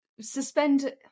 suspend